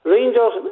Rangers